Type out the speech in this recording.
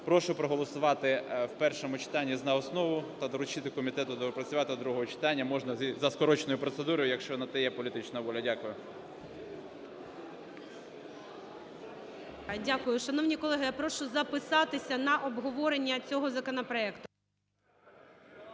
Прошу проголосувати в першому читанні за основу та доручити комітету доопрацювати до другого читання можна за скороченою процедурою, якщо на те є політична воля. Дякую. ГОЛОВУЮЧИЙ. Дякую. Шановні колеги, я прошу записатися на обговорення цього законопроекту.